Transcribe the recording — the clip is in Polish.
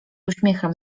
uśmiechem